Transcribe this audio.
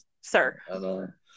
sir